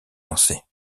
lancée